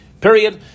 Period